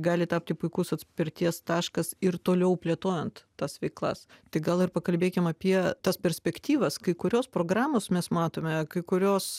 gali tapti puikus atspirties taškas ir toliau plėtojant tas veiklas tik gal ir pakalbėkim apie tas perspektyvas kai kurios programos mes matome kai kurios